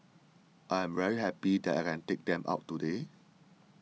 I am very happy that I can take them out today